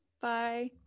Bye